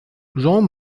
jeanne